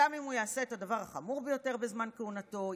גם אם הוא יעשה את הדבר החמור ביותר בזמן כהונתו,